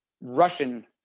Russian